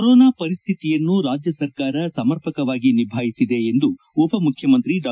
corona ಪರಿಸ್ತಿತಿಯನ್ನು ರಾಜ್ಯ ಸರ್ಕಾರ ಸಮರ್ಪಕವಾಗಿ ನಿಭಾಯಿಸಿದೆ ಎಂದು ಉಪ ಮುಖ್ಯಮಂತ್ರಿ ಡಾ